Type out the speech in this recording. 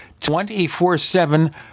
24-7